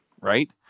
right